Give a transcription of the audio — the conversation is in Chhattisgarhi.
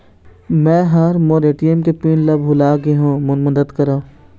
मै ह मोर ए.टी.एम के पिन ला भुला गे हों मोर मदद करौ